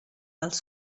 els